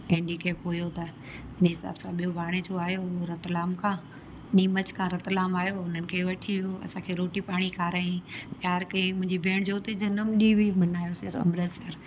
handicap हुओ त इन हिसाब सां ॿियो भाणेजो आहियो उहो रतलाम खां नीमच खां रतलाम आहियो उन्हनि खे वठी वियो असांखे रोटी पाणी खारायईं प्यारु कयईं मुंहिंजी भेण जो हुते जनम ॾींहं बि मल्हायोसीं असां अमृत्सर